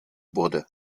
wurde